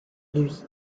lui